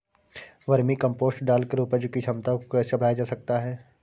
Vermi compost डालकर उपज की क्षमता को कैसे बढ़ाया जा सकता है?